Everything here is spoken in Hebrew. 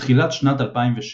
בתחילת שנת 2007